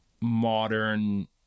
modern